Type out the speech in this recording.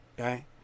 okay